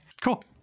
Cool